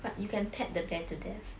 but you can pet the bear to death